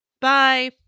Bye